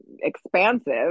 expansive